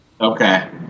Okay